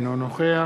אינו נוכח